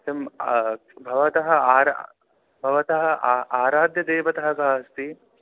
इदं भवतः आर भवतः आ आराध्यदेवतः कः अस्ति